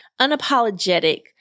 Unapologetic